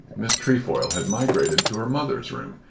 miss trefoil had migrated to her mother's room,